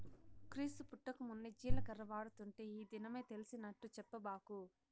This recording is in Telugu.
క్రీస్తు పుట్టకమున్నే జీలకర్ర వాడుతుంటే ఈ దినమే తెలిసినట్టు చెప్పబాకు